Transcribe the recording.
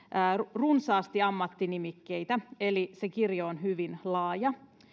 runsaasti ammattinimikkeitä eli se kirjo on hyvin laaja